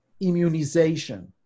immunization